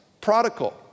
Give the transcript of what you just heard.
prodigal